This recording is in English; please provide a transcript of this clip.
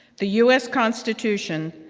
the u s. constitution,